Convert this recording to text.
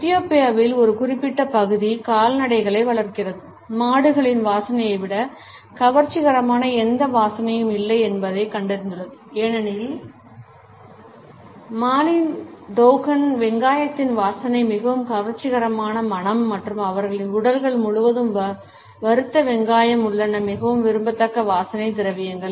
எத்தியோப்பியாவில் ஒரு குறிப்பிட்ட பகுதி கால்நடைகளை வளர்க்கிறது மாடுகளின் வாசனையை விட கவர்ச்சிகரமான எந்த வாசனையும் இல்லை என்பதைக் கண்டறிந்துள்ளது ஏனெனில் மாலியின் டோகன் வெங்காயத்தின் வாசனை மிகவும் கவர்ச்சிகரமான மணம் மற்றும் அவர்களின் உடல்கள் முழுவதும் வறுத்த வெங்காயம் உள்ளன மிகவும் விரும்பத்தக்க வாசனை திரவியங்கள்